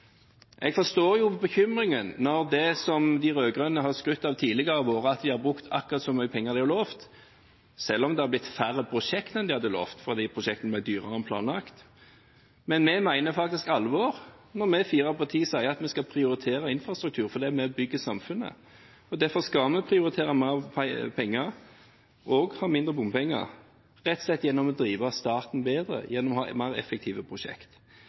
Jeg forstår bekymringen når det de rød-grønne har skrytt av tidligere, har vært at de har brukt akkurat så mye penger som de har lovt – selv om det har blitt færre prosjekter enn de hadde lovt, fordi prosjektene ble dyrere enn planlagt. Men vi mener faktisk alvor når vi fire partier sier at vi skal prioritere infrastruktur, for det er med og bygger samfunnet. Derfor skal vi prioritere mer penger og ha mindre bompenger, rett og slett gjennom å drive staten bedre og gjennom å ha mer effektive